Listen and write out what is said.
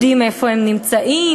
יודעים איפה הם נמצאים,